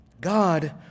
God